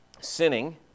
sinning